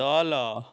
ତଳ